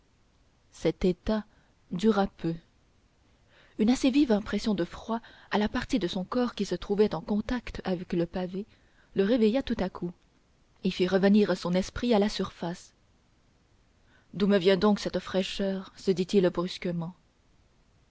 cet état dura peu une assez vive impression de froid à la partie de son corps qui se trouvait en contact avec le pavé le réveilla tout à coup et fit revenir son esprit à la surface d'où me vient donc cette fraîcheur se dit-il brusquement